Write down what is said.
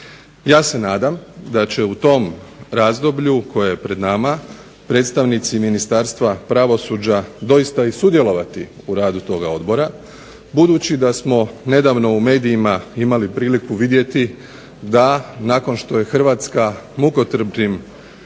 Ja se nadam da će u tom razdoblju koje je pred nama predstavnici Ministarstva pravosuđa doista i sudjelovati u radu toga odbora budući da smo nedavno u medijima imali priliku vidjeti da nakon što je Hrvatska mukotrpnim